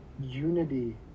unity